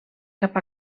cap